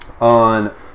on